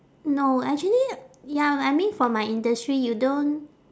no actually ya I mean for my industry you don't